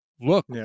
look